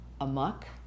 amok